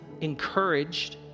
encouraged